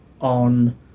on